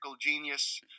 genius